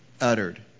uttered